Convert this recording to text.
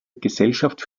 gesellschaft